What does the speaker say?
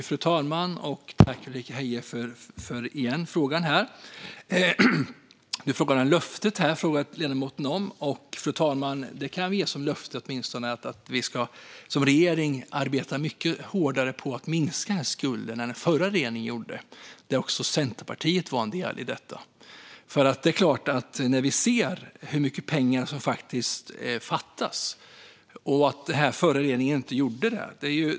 Fru talman! Jag tackar återigen Ulrika Heie för frågan. Ledamoten frågade om löftet. Jag kan åtminstone ge som löfte att vi som regering ska arbeta mycket hårdare för att minska skulden än den förra regeringen gjorde. Där var ju även Centerpartiet en del i det hela. Vi ser hur mycket pengar som fattas och att den förra regeringen inte gjorde det här.